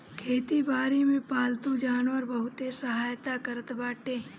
खेती बारी में पालतू जानवर बहुते सहायता करत बाने